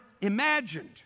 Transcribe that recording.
imagined